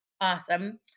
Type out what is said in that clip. awesome